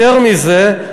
יותר מזה,